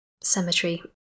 Cemetery